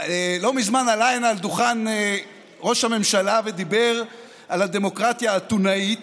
לא מזמן עלה הנה לדוכן ראש הממשלה ודיבר על הדמוקרטיה האתונאית